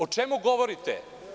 O čemu govorite?